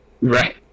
right